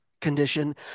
condition